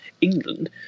England